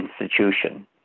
institution